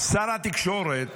שר התקשורת